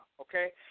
okay